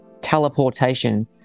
teleportation